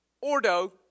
ordo